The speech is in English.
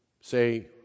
Say